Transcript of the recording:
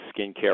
skincare